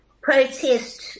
protest